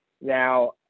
Now